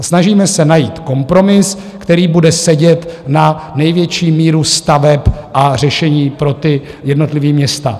Snažíme se najít kompromis, který bude sedět na největší míru staveb a řešení pro jednotlivá města.